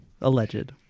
Alleged